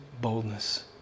boldness